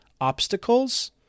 obstacles